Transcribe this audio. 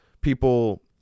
people